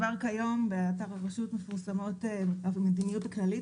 כבר כיום באתר הרשות מפורסמת המדיניות הכללית